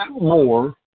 more